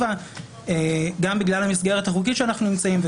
גם בגלל המסגרת החוקית שאנחנו נמצאים בה,